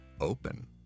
open